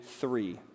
three